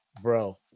Bro